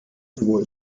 sowohl